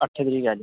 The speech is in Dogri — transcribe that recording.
अट्ठ तरीक ऐ अज्ज